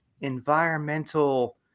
environmental